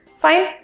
Fine